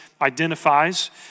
identifies